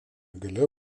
gale